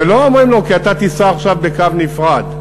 ולא אומרים לו: כי אתה תיסע עכשיו בקו נפרד.